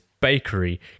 Bakery